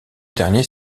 dernier